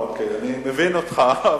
אני מבין אותך.